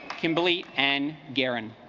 kimberly and garen